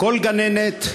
כל גננת,